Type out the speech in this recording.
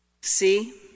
See